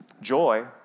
Joy